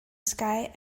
sky